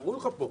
אמרו לך פה,